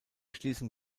schließung